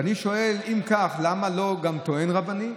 ואני שואל: אם כך, למה לא גם טוען רבני?